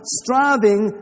striving